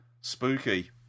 Spooky